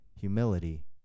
humility